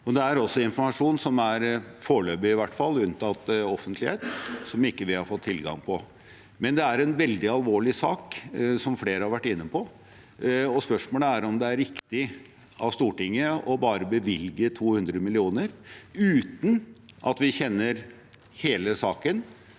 Det er også informasjon som i hvert fall foreløpig er unntatt offentlighet, som vi ikke har fått tilgang på. Dette er en veldig alvorlig sak, som flere har vært inne på. Spørsmålet er om det er riktig av Stortinget bare å bevilge 200 mill. kr uten at vi kjenner hele saken,